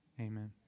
amen